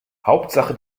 hauptsache